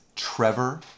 Trevor